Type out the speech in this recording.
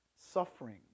suffering